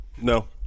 No